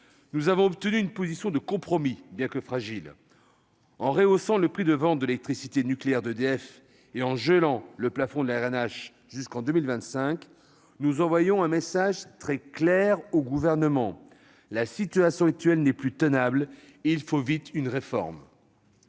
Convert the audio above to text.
nous avons obtenu un compromis, bien qu'il soit fragile. En rehaussant le prix de vente de l'électricité nucléaire d'EDF et en gelant le plafond de l'Arenh jusqu'en 2025, nous envoyons un message très clair au Gouvernement : la situation actuelle n'est plus tenable, et il faut vite une réforme.